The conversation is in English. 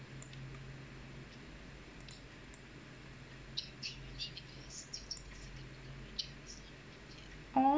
orh